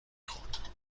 خورد